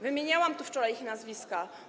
Wymieniałam tu wczoraj ich nazwiska.